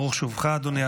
ברוך שובך, אדוני.